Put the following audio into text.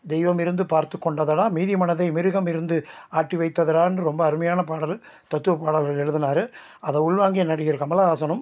தெய்வமிருந்து பார்த்துக் கொண்டதடா மீதி மனதை மிருகம் இருந்து ஆட்டி வைத்ததடான்னு ரொம்ப அருமையான பாடல் தத்துவ பாடல்கள் எழுதுனாரு அதை உள்வாங்கிய நடிகர் கமலஹாசனும்